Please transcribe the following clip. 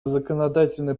законодательной